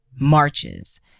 marches